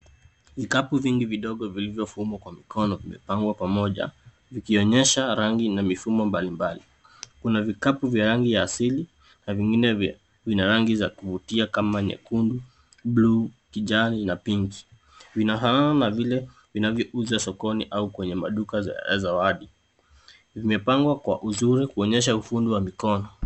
Vikapu vingi vidogo vilivyofumwa kwa mikono vimepangwa pamoja vikionyesha rangi na mifumo mbalimbali. Kuna vikapu vya rangi ya asili na vingine vina rangi za kuvutia kama nyekundu, buluu, kijani na pinki. Vinahama vile vinavyouzwa sokoni au kwenye maduka za watu. Vimepangwa kwa uzuri kuonyesha ufundi wa mikono.